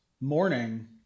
morning